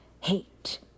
hate